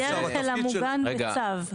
בדרך אל המוגן בצו.